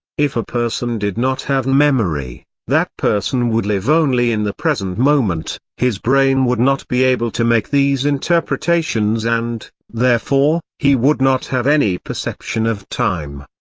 if a person did not have a memory, that person would live only in the present moment his brain would not be able to make these interpretations and, therefore, he would not have any perception of time.